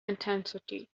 intensity